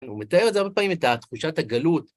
הוא מתאר את זה הרבה פעמים, את תחושת הגלות.